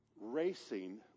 Racing